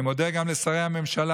אני מודה גם לשרי הממשלה,